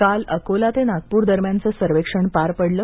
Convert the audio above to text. काल अकोला ते नागपूर दरम्यानचं सर्वेक्षण पार पडलं